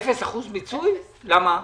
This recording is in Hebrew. למה?